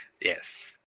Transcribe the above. Yes